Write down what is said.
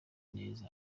neza